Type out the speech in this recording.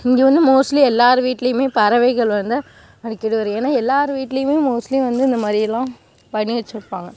இங்கே வந்து மோஸ்ட்லி எல்லார் வீட்லையுமே பறவைகள் வந்து அடிக்கடி வரும் ஏன்னா எல்லார் வீட்டுலையுமே மோஸ்ட்லி வந்து இந்தமாதிரியலாம் பண்ணி வச்சிருப்பாங்க